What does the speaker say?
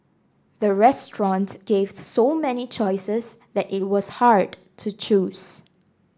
the restaurant gave so many choices that it was hard to choose